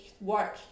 work